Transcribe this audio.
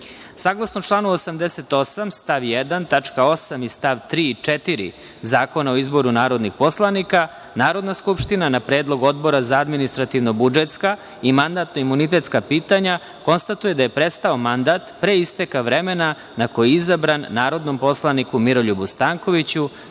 članu 88. stav 1. tačka 8) i st. 3. i 4. Zakona o izboru narodnih poslanika, Narodna skupština, na predlog Odbora za administrativno-budžetska i mandatno-imunitetska pitanja, konstatuje da je prestao mandat pre isteka vremena na koji je izabran narodnom poslaniku Miroljubu Stankoviću